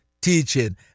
teaching